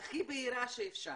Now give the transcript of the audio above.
הכי בהירה שאפשר.